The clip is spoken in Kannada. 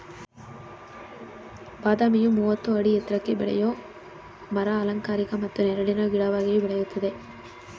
ಬಾದಾಮಿ ಮೂವತ್ತು ಅಡಿ ಎತ್ರಕ್ಕೆ ಬೆಳೆಯೋ ಮರ ಅಲಂಕಾರಿಕ ಮತ್ತು ನೆರಳಿನ ಗಿಡವಾಗಿಯೂ ಬೆಳೆಯಲ್ಪಡ್ತದೆ